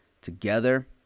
together